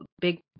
big